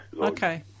Okay